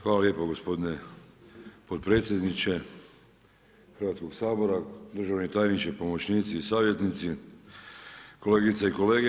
Hvala lijepa gospodine potpredsjedniče Hrvatskog sabora, državni tajniče, pomoćnici i savjetnici, kolegice i kolege.